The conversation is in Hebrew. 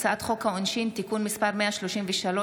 הצעת חוק העונשין (תיקון מס' 133,